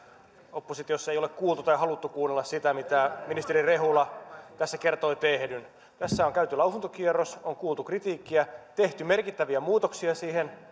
oppositiossa ei ole kuultu tai haluttu kuunnella sitä mitä ministeri rehula tässä kertoi tehdyn tässä on käyty lausuntokierros on kuultu kritiikkiä tehty merkittäviä muutoksia siihen